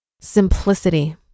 Simplicity